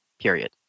period